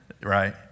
right